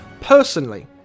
personally